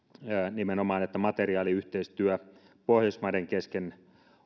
nimenomaan että materiaaliyhteistyö pohjoismaiden kesken